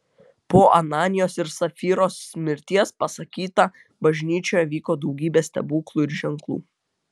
po ananijos ir sapfyros mirties pasakyta bažnyčioje vyko daugybė stebuklų ir ženklų